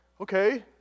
okay